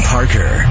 Parker